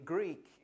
Greek